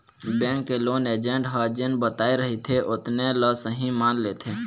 bank के loan agent ह जेन बताए रहिथे ओतने ल सहीं मान लेथे